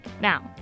Now